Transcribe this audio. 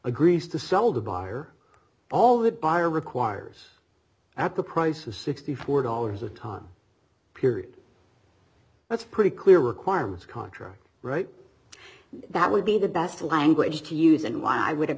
agrees to sell the buyer all the buyer requires at the price of sixty four dollars a ton period that's pretty clear requirements contra right that would be the best language to use and while i would